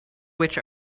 which